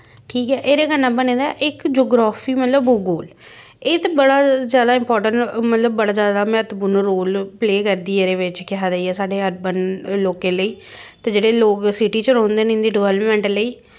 ठीक ऐ एह्दे कन्नै बने दा ऐ मतलब इक जगराफी भूगोल एह् ते बड़ा जादा इंपार्टैंट मतलब बड़ा जादा म्हत्वपूर्ण रोल प्ले करदी ऐ एह्दे बिच्च केह् आखदे साढ़े अर्बन लोकें लेई ते जेह्ड़े लोग सिटी च रौंह्दे न इं'दे डवैलेपमेंट लेई